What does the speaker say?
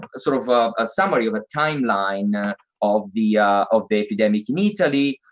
ah sort of of a summary of a time line of the of the epidemic. in italy,